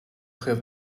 have